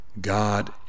God